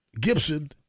Gibson